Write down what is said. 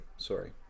Sorry